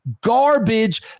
garbage